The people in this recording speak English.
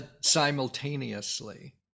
simultaneously